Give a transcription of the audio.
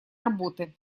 работы